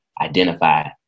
identify